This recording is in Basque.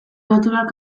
natural